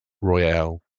Royale